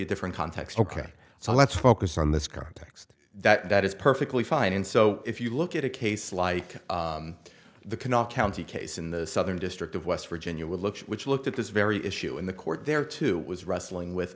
a different context ok so let's focus on this context that is perfectly fine and so if you look at a case like the canal county case in the southern district of west virginia look at which looked at this very issue in the court there too was wrestling with